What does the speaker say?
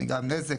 שנגרם נזק.